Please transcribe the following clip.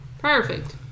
perfect